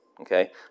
Okay